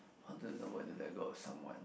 how do you know when to let go of someone